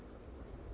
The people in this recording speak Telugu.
కింద